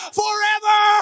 forever